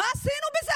מה עשינו בזה?